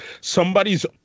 somebody's